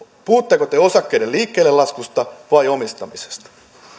puhutteko te osakkeiden liikkeellelaskusta vai omistamisesta